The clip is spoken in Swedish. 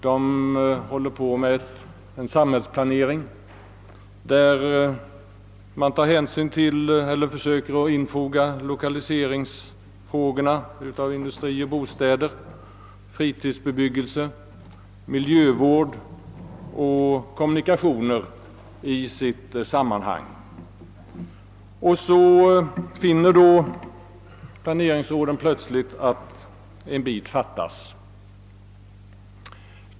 De håller på med en samhällsplanering, där man tar hänsyn till eller försöker infoga lokaliseringsfrågorna när det gäller industri och bostäder, fritidsbebyggelse, miljövård och kommunikationer i sitt sammanhang. Så finner då plameringsrådet plötsligt att en bit fattas.